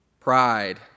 Pride